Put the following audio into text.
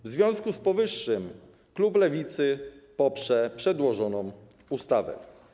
W związku z powyższym klub Lewicy poprze przedłożoną ustawę.